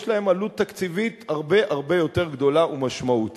יש להם עלות תקציבית הרבה הרבה יותר גדולה ומשמעותית,